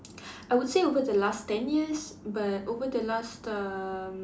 I would say over the last ten years but over the last um